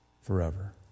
forever